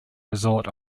resort